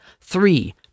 Three